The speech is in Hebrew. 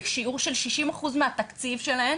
בשיעור של 60 אחוזים מהתקציב שלהן,